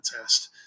test